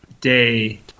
Day